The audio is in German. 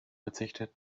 verzichtet